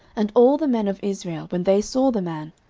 and all the men of israel, when they saw the man,